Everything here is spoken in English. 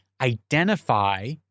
identify